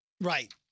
Right